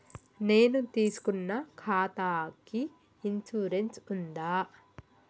నేను తీసుకున్న ఖాతాకి ఇన్సూరెన్స్ ఉందా?